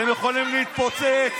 אתם יכולים להתפוצץ,